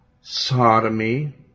sodomy